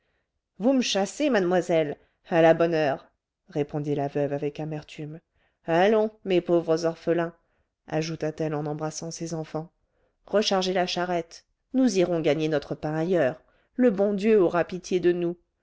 vous me chassez mademoiselle à la bonne heure répondit la veuve avec amertume allons mes pauvres orphelins ajouta-t-elle en embrassant ses enfants rechargez la charrette nous irons gagner notre pain ailleurs le bon dieu aura pitié de nous